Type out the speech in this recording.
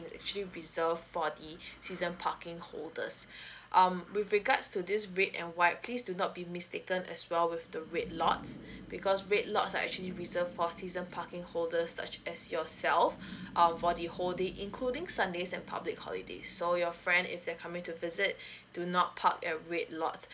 actually reserve for the season parking holders um with regards to this red and white please do not be mistaken as well with the red lots because red lots are actually reserved for season parking holder such as yourself um for the whole day including sundays and public holidays so your friend if they are coming to visit do not park at red lots